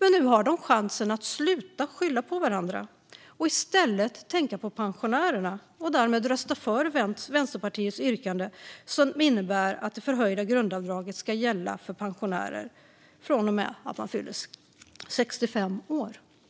Nu har de chansen att sluta skylla på varandra och i stället tänka på pensionärerna och därmed rösta för Vänsterpartiets yrkande som innebär att det förhöjda grundavdraget ska gälla för pensionärer från och med att de fyller 65 år.